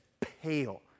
pale